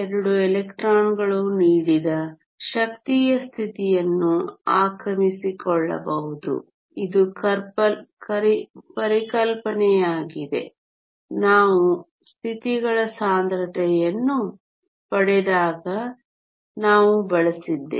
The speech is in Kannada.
2 ಎಲೆಕ್ಟ್ರಾನ್ಗಳು ನೀಡಿದ ಶಕ್ತಿಯ ಸ್ಥಿತಿಯನ್ನು ಆಕ್ರಮಿಸಿಕೊಳ್ಳಬಹುದು ಇದು ಪರಿಕಲ್ಪನೆಯಾಗಿದೆ ನಾವು ಸ್ಥಿತಿಗಳ ಸಾಂದ್ರತೆಯನ್ನು ಪಡೆದಾಗ ನಾವು ಬಳಸಿದ್ದೇವೆ